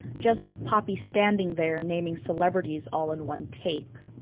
just poppy standing there naming celebrities all in one take.